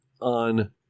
on